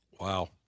Wow